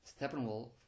Steppenwolf